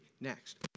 next